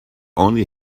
only